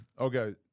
Okay